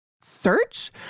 search